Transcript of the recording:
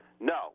No